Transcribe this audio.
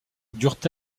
durent